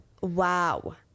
Wow